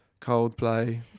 Coldplay